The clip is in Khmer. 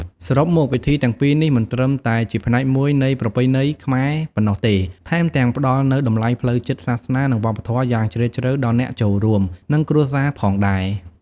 សរុបមក ពិធីទាំងពីរនេះមិនត្រឹមតែជាផ្នែកមួយនៃប្រពៃណីខ្មែរប៉ុណ្ណោះទេ ថែមទាំងផ្តល់នូវតម្លៃផ្លូវចិត្ត សាសនា និងវប្បធម៌យ៉ាងជ្រាលជ្រៅដល់អ្នកចូលរួម និងគ្រួសារផងដែរ។